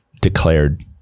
declared